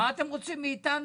מה אתם רוצים מאיתנו?